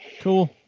Cool